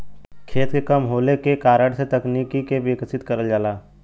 खेत के कम होले के कारण से तकनीक के विकसित करल जाला